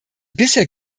bisher